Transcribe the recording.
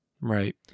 Right